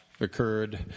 occurred